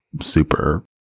super